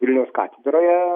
vilniaus katedroje